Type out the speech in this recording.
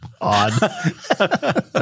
odd